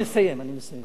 אני מסיים, אני מסיים.